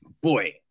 boy